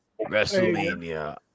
WrestleMania